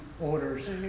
orders